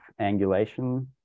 angulation